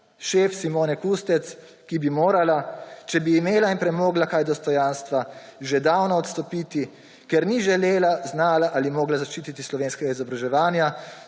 šef Simone Kustec, ki bi morala, če bi imela in premogla kaj dostojanstva, že davno odstopiti, ker ni želela, znala ali mogla zaščititi slovenskega izobraževanja,